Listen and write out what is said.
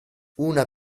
una